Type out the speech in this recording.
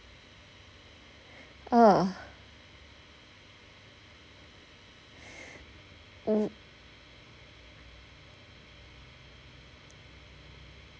uh